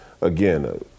again